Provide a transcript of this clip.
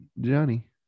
Johnny